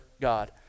God